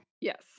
Yes